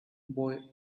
boy